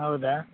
ಹೌದಾ